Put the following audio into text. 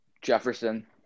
Jefferson